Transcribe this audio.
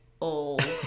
old